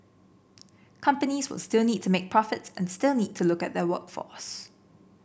companies will still need to make profits and still need to look at their workforce